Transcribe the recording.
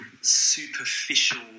superficial